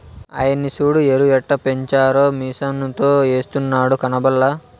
ఆయన్ని సూడు ఎరుయెట్టపెంచారో మిసనుతో ఎస్తున్నాడు కనబల్లా